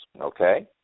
okay